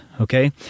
okay